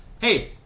hey